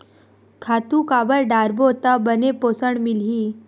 खातु काबर डारबो त बने पोषण मिलही?